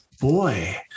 boy